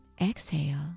Exhale